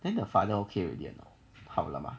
then the father okay already ah 好了吗